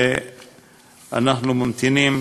ואנחנו ממתינים